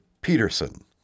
Peterson